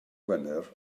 gwener